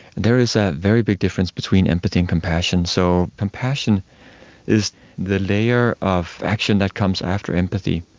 there is a very big difference between empathy and compassion. so compassion is the layer of action that comes after empathy.